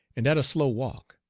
and at a slow walk.